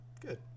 Good